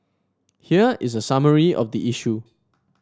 here is a summary of the issue